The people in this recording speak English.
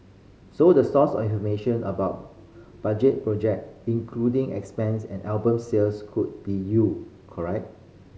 so the source of information about budget project including expense and album sales could be you correct